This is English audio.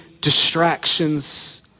distractions